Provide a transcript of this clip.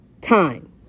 time